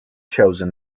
chosen